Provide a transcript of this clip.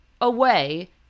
away